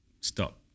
stop